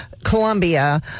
columbia